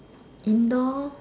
indoor